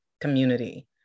community